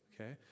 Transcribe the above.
okay